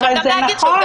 אבל זה נכון.